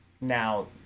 now